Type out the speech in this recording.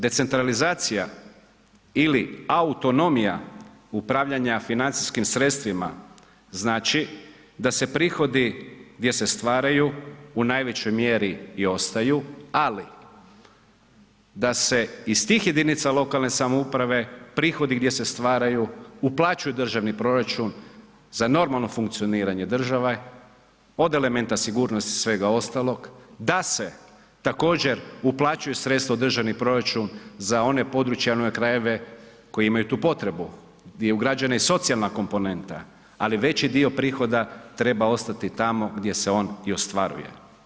Decentralizacija ili autonomija upravljanja financijskim sredstvima znači da se prihodi gdje se stvaraju u najvećoj mjeri i ostaju, ali da se iz tih jedinica lokalne samouprave prihodi gdje se stvaraju uplaćuju u državni proračun za normalno funkcioniranje države, od elementa sigurnosti i svega ostalog, da se također uplaćuju sredstva u državni proračun za one područja i one krajeve koji imaju tu potrebu gdje je ugrađena i socijalna komponenta, ali veći dio prihoda treba ostati tamo gdje se on i ostvaruje.